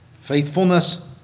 Faithfulness